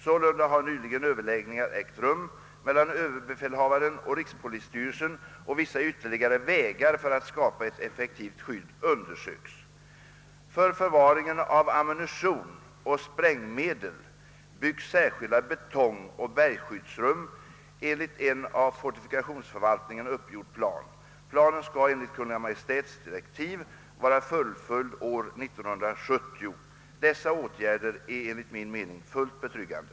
Sålunda har nyligen överläggningar mellan dessa ägt rum och vissa ytterligare vägar för att skapa ett effektivt skydd undersökes. För förvaringen av ammunition och sprängmedel byggs särskilda betongoch bergskyddsrum enligt en av fortifikationsförvaltningen uppgjord plan. Planen skall enligt Kungl. Maj:ts direktiv vara fullföljd år 1970. Dessa åtgärder är enligt min mening fullt betryggande.